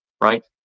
right